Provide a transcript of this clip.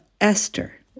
Esther